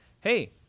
hey